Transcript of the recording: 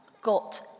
got